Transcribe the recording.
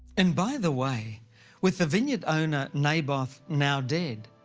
and by the way with a vineyard owner naboth now dead,